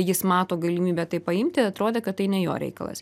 jis mato galimybę tai paimti atrodė kad tai ne jo reikalas